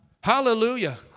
Hallelujah